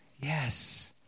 Yes